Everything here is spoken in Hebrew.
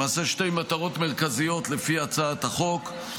למעשה שתי מטרות מרכזיות לפי הצעת החוק: